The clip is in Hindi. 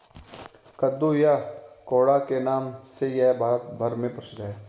कद्दू या कोहड़ा के नाम से यह भारत भर में प्रसिद्ध है